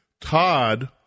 Todd